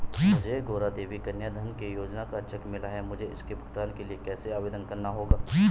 मुझे गौरा देवी कन्या धन योजना का चेक मिला है मुझे इसके भुगतान के लिए कैसे आवेदन करना होगा?